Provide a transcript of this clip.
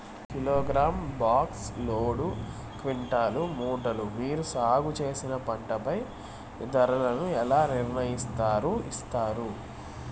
Kilogram, box, load, quintal, మూటలు మీరు సాగు చేసిన పంటపై ధరలను ఎలా నిర్ణయిస్తారు యిస్తారు?